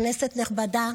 כנסת נכבדה,